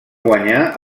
guanyar